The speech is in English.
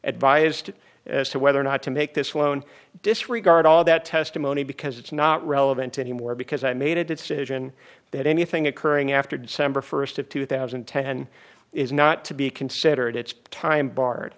advised as to whether or not to make this loan disregard all that testimony because it's not relevant anymore because i made it it's been that anything occurring after december st of two thousand and ten is not to be considered it's time barred